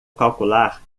calcular